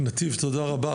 נתיב, תודה רבה.